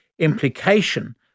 implication